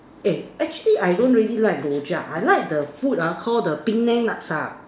eh actually I don't really like Rojak I like the food ah Call the Penang Laksa